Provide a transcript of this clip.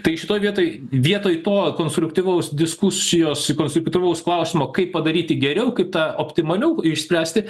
tai šitoj vietoj vietoj to konstruktyvaus diskusijos konstruktyvaus klausimo kaip padaryti geriau kaip tą optimaliau išspręsti